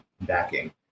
backing